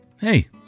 hey